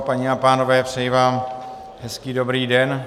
Paní a pánové, přeji vám hezký dobrý den.